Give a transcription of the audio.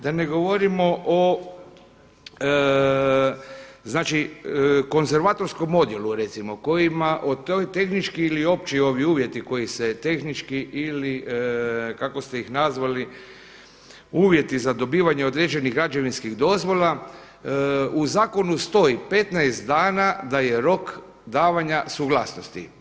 Da ne govorimo o znači konzervatorskom odijelu recimo kojima ti tehnički ili opći ovi uvjeti koji se tehnički ili kako ste ih nazvali uvjeti za dobivanje određenih građevinskih dozvola u zakonu stoji 15 dana da je rok davanja suglasnosti.